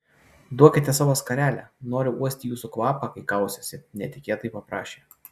duokite savo skarelę noriu uosti jūsų kvapą kai kausiuosi netikėtai paprašė